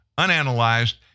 unanalyzed